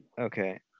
Okay